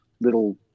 little